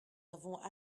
avons